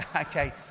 okay